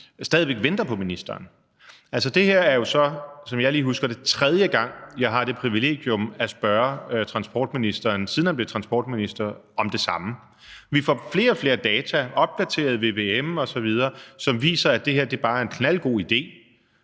stadig væk venter på ministeren. Det her er jo, som jeg lige husker det, tredje gang, jeg har det privilegium at spørge transportministeren, siden han blev transportminister, om det samme. Vi får flere og flere data, opdateret vvm osv., som viser, at det her bare er en knaldgod idé